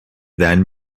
then